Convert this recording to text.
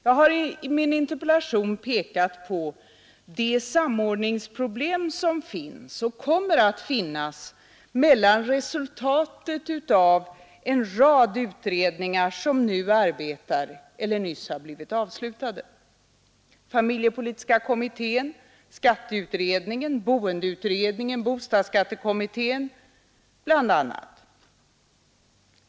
Jag har i min interpellation pekat på de samordningsproblem som finns och kommer att finnas mellan resultatet av en rad utredningar som nu arbetar eller nyss har avslutats: familjepolitiska kommittén, skatteutredningen, boendeutredningen, bostadsskattekommittén bland andra.